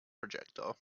projectile